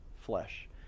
flesh